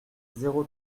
zéro